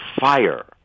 fire